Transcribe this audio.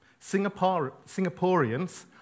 Singaporeans